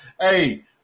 Hey